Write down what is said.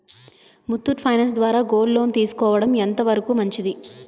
Muthoot finance ద్వారా gold loan తీసుకోవడం ఎంత వరకు మంచిది?